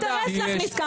אין מסגרות.